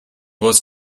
was